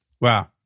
Wow